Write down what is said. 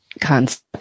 concept